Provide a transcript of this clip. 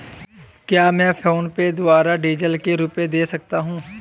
क्या मैं फोनपे के द्वारा डीज़ल के रुपए दे सकता हूं?